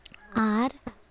ᱟᱨ